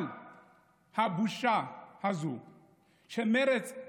אבל הבושה הזאת שמרצ,